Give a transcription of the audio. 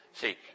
See